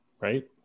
right